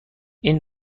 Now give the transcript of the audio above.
این